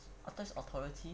I thought it's authority